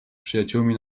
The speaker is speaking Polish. przyjaciółmi